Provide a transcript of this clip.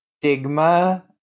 stigma